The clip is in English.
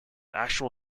actual